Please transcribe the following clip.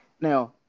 Now